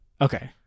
Okay